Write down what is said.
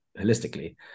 holistically